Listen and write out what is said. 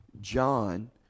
john